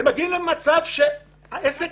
ומגיעים למצב שהעסק נתקע?